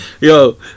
Yo